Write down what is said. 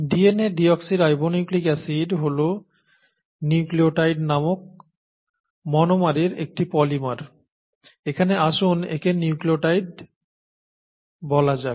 DNA deoxyribonucleic acid হল nucleotide নামক মনোমারের একটি পলিমার এখানে আসুন একে নিউক্লিওটাইড বলা যাক